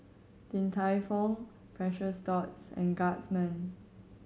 Din Tai Fung Precious Thots and Guardsman